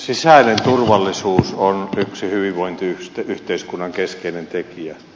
sisäinen turvallisuus on yksi hyvinvointiyhteiskunnan keskeinen tekijä